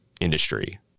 industry